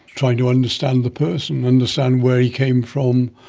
trying to understand the person, understand where he came from,